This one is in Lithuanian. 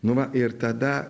nu va ir tada